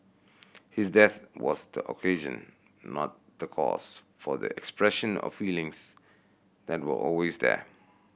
his death was the occasion not the cause for the expression of feelings that were always there